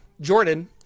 Jordan